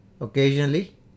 Occasionally